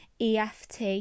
EFT